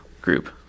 group